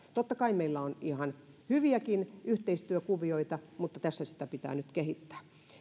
totta kai meillä on ihan hyviäkin yhteistyökuvioita mutta tässä niitä pitää nyt kehittää